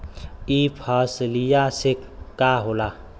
ई फसलिया से का होला?